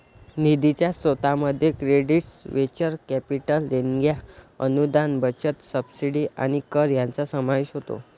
निधीच्या स्त्रोतांमध्ये credits venture capital देणग्या अनुदान बचत सबसिडी आणि कर यांचा समावेश होतो